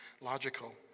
logical